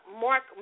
Mark